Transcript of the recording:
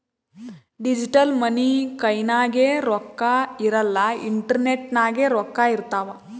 digital money ಕೈನಾಗ್ ರೊಕ್ಕಾ ಇರಲ್ಲ ಇಂಟರ್ನೆಟ್ ನಾಗೆ ರೊಕ್ಕಾ ಇರ್ತಾವ್